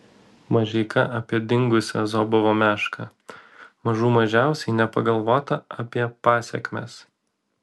mažeika apie dingusią zobovo mešką mažų mažiausiai nepagalvota apie pasekmes